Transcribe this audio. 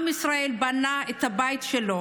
עם ישראל בנה את הבית שלו.